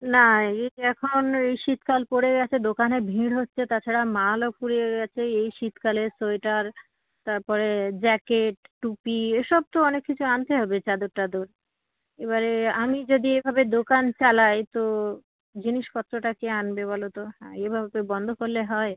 না এই এখন এই শীতকাল পড়ে গেছে দোকানে ভিড় হচ্ছে তাছাড়া মালও ফুরিয়ে গেছে এই শীতকালের সোয়েটার তারপরে জ্যাকেট টুপি এসব তো অনেক কিছু আনতে হবে চাদর টাদর এবারে আমি যদি এভাবে দোকান চালাই তো জিনিসপত্রটা কে আনবে বলো তো এভাবে কি বন্ধ করলে হয়